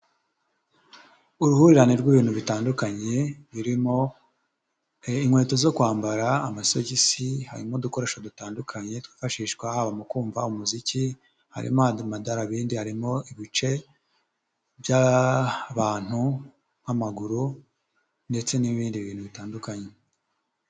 Uruhurirane rw'ibintu bitandukanye birimo inkweto zo kwambara, amasogisi, harimo udukoresho dutandukanye twifashishwa haba mu kumva umuziki, harimo amadarubindi, harimo ibice by'abantu nk'amaguru ndetse n'ibindi bintu bitandukanye.